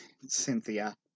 Cynthia